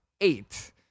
eight